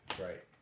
right